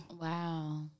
Wow